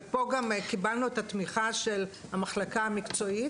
ופה גם קיבלנו את התמיכה של המחלקה המקצועית,